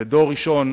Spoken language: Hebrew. ודור ראשון